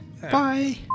Bye